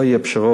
לא יהיו פשרות,